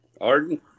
Arden